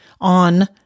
on